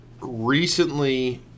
Recently